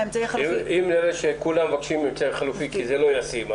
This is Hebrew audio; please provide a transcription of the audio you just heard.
אם נראה שכולם מבקשים אמצעי חלופי כי זה לא ישים,